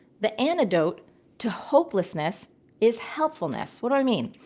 the antidote to hopelessness is helpfulness. what do i mean?